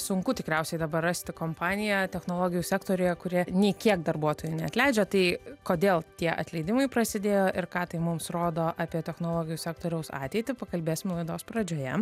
sunku tikriausiai dabar rasti kompaniją technologijų sektoriuje kurie nei kiek darbuotojų neatleidžia tai kodėl tie atleidimai prasidėjo ir ką tai mums rodo apie technologijų sektoriaus ateitį pakalbėsime laidos pradžioje